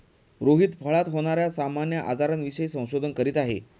रोहित फळात होणार्या सामान्य आजारांविषयी संशोधन करीत आहे